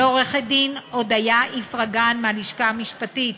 לעורכת הדין הודיה איפרגן מהלשכה המשפטית,